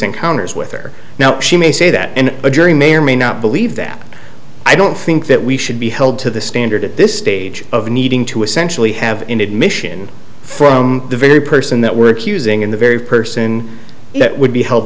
encounters with her now she may say that and a jury may or may not believe that i don't think that we should be held to the standard at this stage of needing to essentially have an admission from the very person that work using in the very person that would be held